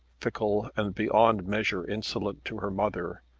fickle, and beyond measure insolent to her mother.